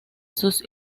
sus